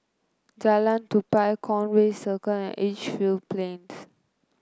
Jalan Tupai Conway Circle and Edgefield Plains